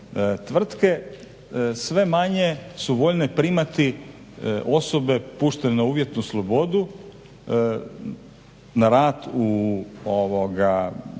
Tvrtke sve manje su voljne primati osobe puštene na uvjetnu slobodu na rad